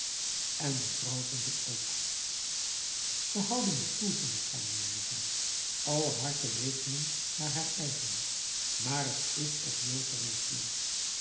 en mevrouw vond het ook ze houden betoel van elkaar meende zij alle harten rekenend naar haar eigen maar het is of joost ermee speelt